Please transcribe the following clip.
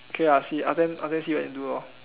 okay lah see ask them ask them see whether can do lor